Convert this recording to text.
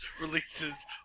releases